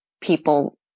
people